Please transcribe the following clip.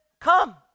come